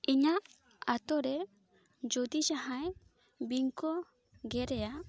ᱤᱧᱟᱹᱜ ᱟᱛᱳᱨᱮ ᱡᱚᱫᱤ ᱡᱟᱦᱟᱸᱭ ᱵᱤᱧ ᱠᱚ ᱜᱮᱨᱮᱭᱟ